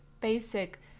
basic